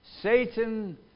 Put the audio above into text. Satan